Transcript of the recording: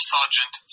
Sergeant